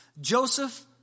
Joseph